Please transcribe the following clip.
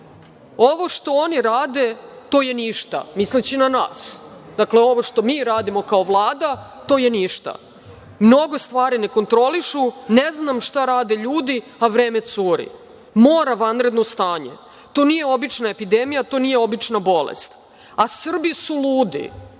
Ovo što oni rade, to je ništa“, misleći na nas. Dakle, ovo što mi radimo, kao Vlada, to je ništa. „Mnogo stvari ne kontrolišu, ne znam šta rade ljudi, a vreme curi. Mora vanredno stanje, to nije obična epidemija, to nije obična bolest, a Srbi su ludi“,